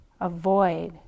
avoid